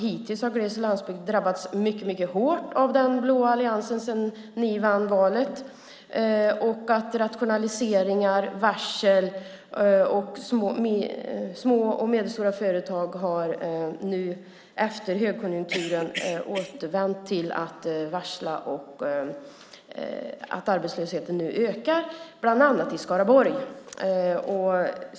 Hittills har gles och landsbygden drabbats mycket, mycket hårt av att den blå alliansen vann valet. Det är rationaliseringar och varsel. Små och medelstora företag har nu efter högkonjunkturen återgått till att varsla. Arbetslösheten ökar, bland annat i Skaraborg.